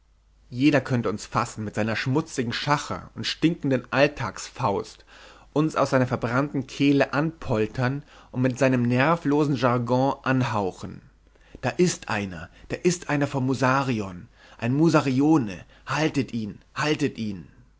jeder könnte uns fassen mit seiner schmutzigen schacher und stinkenden alltagsfaust uns aus seiner verbrannten kehle anpoltern und mit seinem nervlosen jargon anhauchen da ist einer da ist einer vom musarion ein musarione haltet ihn haltet ihn